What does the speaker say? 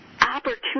opportunity